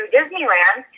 Disneyland